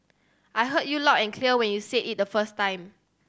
I heard you loud and clear when you said it the first time